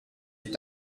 plus